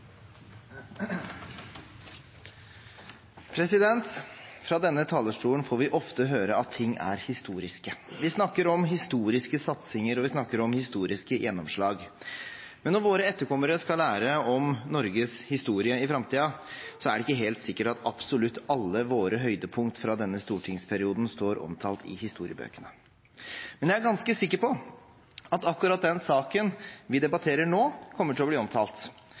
historiske. Vi snakker om historiske satsinger, og vi snakker om historiske gjennomslag. Men når våre etterkommere skal lære om Norges historie i framtiden, så er det ikke helt sikkert at absolutt alle våre høydepunkt fra denne stortingsperioden står omtalt i historiebøkene. Men jeg er ganske sikker på at akkurat den saken vi debatterer nå, kommer til å bli omtalt.